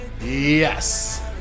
Yes